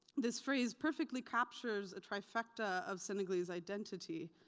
this phrase perfectly captures a trifecta of senegalese identity,